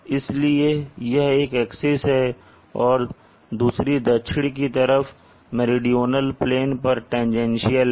इसलिए यह एक एक्सिस है और दूसरी दक्षिण की तरफ मेरीडोनल प्लेन पर टैन्जेन्शल है